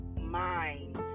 mind